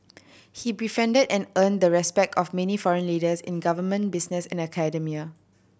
he befriended and earned the respect of many foreign leaders in government business and academia